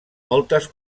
moltes